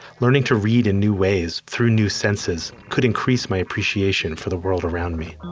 learning to read in new ways through new senses could increase my appreciation for the world around me